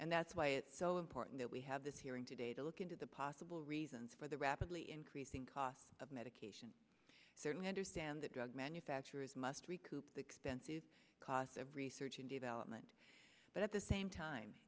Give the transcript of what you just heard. and that's why it's so important that we have this hearing today to look into the possible reasons for the rapidly increasing cost of medication i certainly understand that drug manufacturers must recruit the pensive cost of research and development but at the same time